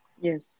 Yes